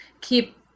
keep